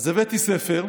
אדוני, הבאתי ספר.